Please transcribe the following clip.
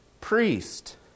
priest